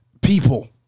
People